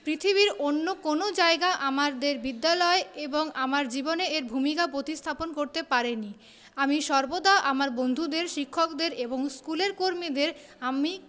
পৃথিবীর অন্য কোনো জায়গা আমাদের বিদ্যালয় এবং আমার জীবনে এর ভূমিকা প্রতিস্থাপন করতে পারেনি আমি সর্বদা আমার বন্ধুদের শিক্ষকদের এবং স্কুলের কর্মীদের আমি